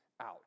out